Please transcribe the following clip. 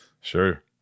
Sure